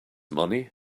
money